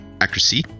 accuracy